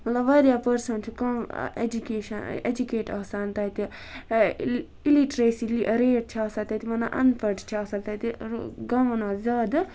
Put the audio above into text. مَطلَب واریاہ پٔرسنٹ چھ کم ایجُکیشَن ایٚجُکیٹ آسان تَتہِ اِل اِلِٹریسی ریٹ چھِ آسان تَتہِ وَنان اَن پَڑھ چھِ آسان تَتہِ گامَن مَنٛز زیادٕ